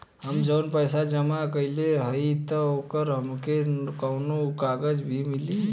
हम जवन पैसा जमा कइले हई त ओकर हमके कौनो कागज भी मिली?